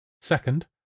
Second